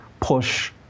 push